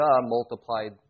multiplied